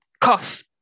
Cough